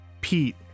Pete